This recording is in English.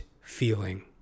feeling